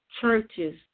churches